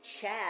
chat